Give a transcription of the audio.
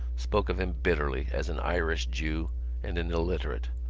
spoke of him bitterly as an irish jew and an illiterate,